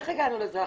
איך הגענו לזה עכשיו?